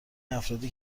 افرادی